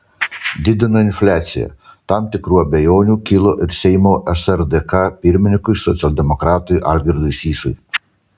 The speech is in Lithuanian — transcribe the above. didina infliaciją tam tikrų abejonių kilo ir seimo srdk pirmininkui socialdemokratui algirdui sysui